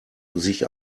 sich